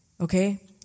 okay